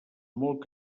molt